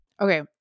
Okay